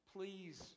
Please